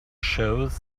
shows